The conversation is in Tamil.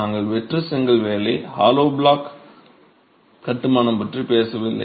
நாங்கள் வெற்று செங்கல் வேலை ஹாலோ பிளாக் கட்டுமானம் பற்றி பேசவில்லை